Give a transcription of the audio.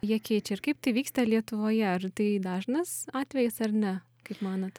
jie keičia ir kaip tai vyksta lietuvoje ar tai dažnas atvejis ar ne kaip manot